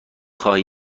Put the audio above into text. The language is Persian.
خواهی